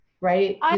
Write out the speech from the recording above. right